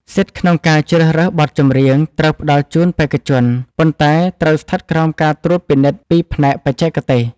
សិទ្ធិក្នុងការជ្រើសរើសបទចម្រៀងត្រូវផ្ដល់ជូនបេក្ខជន ប៉ុន្តែ ត្រូវស្ថិតក្រោមការត្រួតពិនិត្យពីផ្នែកបច្ចេកទេស។